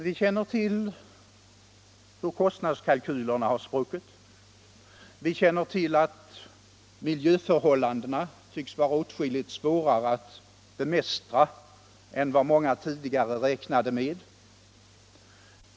Vi känner till hur kostnadskalkylerna har spruckit, vi känner till att miljöförhållandena tycks vara åtskilligt svårare att bemästra än vad många tidigare räknade med.